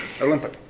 Olympic